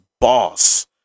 boss